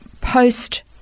post